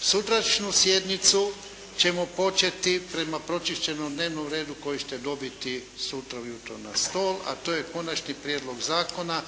Sutrašnju sjednicu ćemo početi prema pročišćenom dnevnom redu koji ćete dobiti sutra ujutro na stol, a to je Konačni prijedlog Zakona